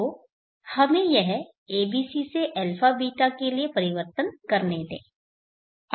तो हमें यह abc से α β के लिए परिवर्तन करने दें